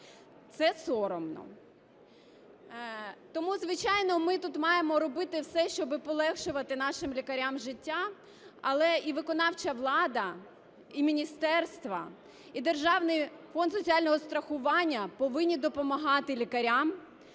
Це соромно. Тому, звичайно, ми тут маємо робити все, щоб полегшувати нашим лікарям життя, але і виконавча влада, і міністерства, і державний Фонд соціального страхування, повинні допомагати лікарям,